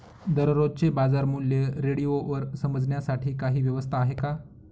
दररोजचे बाजारमूल्य रेडिओवर समजण्यासाठी काही व्यवस्था आहे का?